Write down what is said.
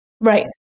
right